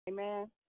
Amen